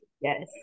yes